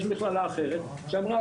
יש מכללה אחרת שאמרה,